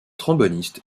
tromboniste